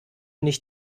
nicht